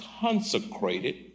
consecrated